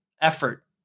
effort